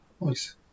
Nice